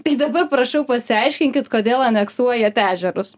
tai dabar prašau pasiaiškinkit kodėl aneksuojant ežerus